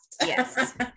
yes